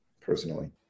personally